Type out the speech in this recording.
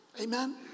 Amen